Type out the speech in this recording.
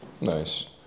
nice